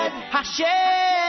Hashem